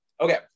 Okay